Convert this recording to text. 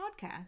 podcast